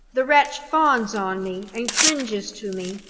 the wretch fawns on me, and cringes to me.